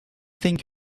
think